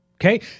Okay